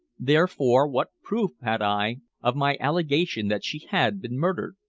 therefore what proof had i of my allegation that she had been murdered?